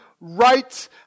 right